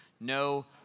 No